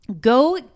Go